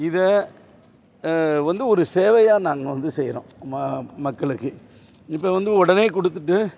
இதை வந்து ஒரு சேவையாக நாங்கள் வந்து செய்கிறோம் ம மக்களுக்கு இப்போ வந்து உடனே கொடுத்துட்டு